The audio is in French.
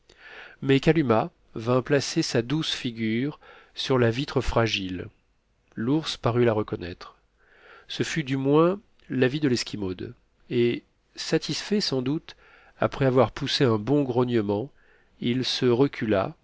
mais kalumah vint placer sa douce figure sur la vitre fragile l'ours parut la reconnaître ce fut du moins l'avis de l'esquimaude et satisfait sans doute après avoir poussé un bon grognement il se recula